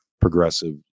progressive